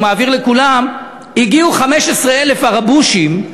הוא מעביר לכולם: הגיעו 15,000 "ערבושים"